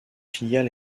filiale